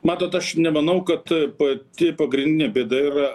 matot aš nemanau kad pati pagrindinė bėda yra